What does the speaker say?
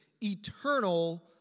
eternal